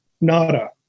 Nada